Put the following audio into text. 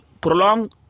prolong